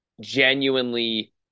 genuinely